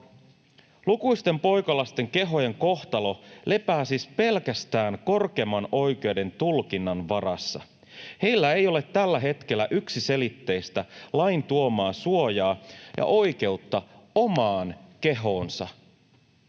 Lukuisten poikalasten kehojen kohtalo lepää siis pelkästään korkeimman oikeuden tulkinnan varassa. Heillä ei ole tällä hetkellä yksiselitteistä lain tuomaa suojaa ja oikeutta omaan kehoonsa.